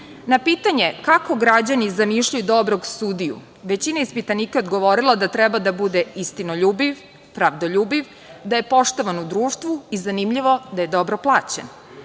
pitanje kako građani zamišljaju dobrog sudiju većina ispitanika je odgovorila da treba da bude istinoljubiv, pravdoljubiv, da je poštovan u društvu i, zanimljivo, da je dobro plaćen. Sa